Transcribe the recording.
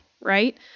right